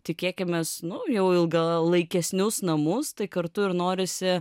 tikėkimės nu jau ilgalaikesnius namus tai kartu ir norisi